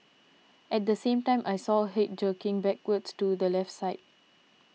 at the same time I saw head jerking backwards to the left side